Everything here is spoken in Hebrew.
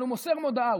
אבל הוא מוסר הודעה,